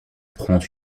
prend